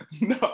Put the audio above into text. no